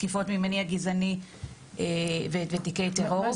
תקיפות ממניע גזעני ותיקי טרור.